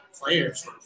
players